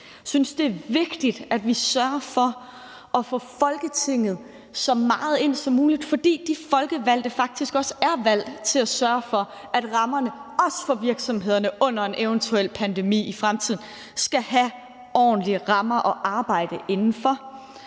Jeg synes, det er vigtigt, at vi sørger for at få Folketinget så meget ind som muligt, fordi de folkevalgte faktisk også er valgt til at sørge for, at også virksomhederne under en eventuel pandemi i fremtiden vil have ordentlige rammer at arbejde inden for.